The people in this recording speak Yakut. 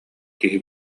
киһи